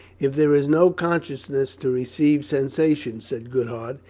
if there is no consciousness to receive sensation, said goodhart,